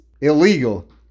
illegal